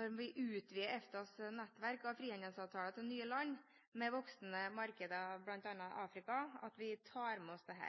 når vi utvider EFTAs nettverk av frihandelsavtaler til nye land med voksende markeder, bl.a. i Afrika,